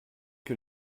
que